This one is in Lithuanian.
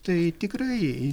tai tikrai